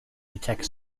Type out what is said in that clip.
detect